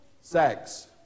sex